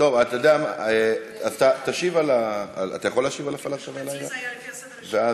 אתה יכול להשיב על ההפעלה של הלילה?